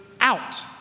out